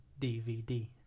dvd